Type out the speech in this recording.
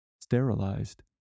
Sterilized